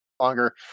longer